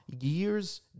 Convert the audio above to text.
years